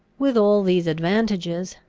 with all these advantages,